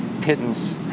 pittance